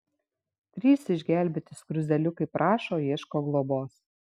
trys išgelbėti skruzdėliukai prašo ieško globos